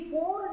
Four